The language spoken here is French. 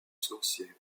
sorcier